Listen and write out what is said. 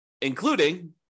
including